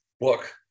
book